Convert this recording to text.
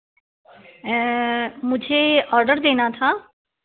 मुझे ऑर्डर देना था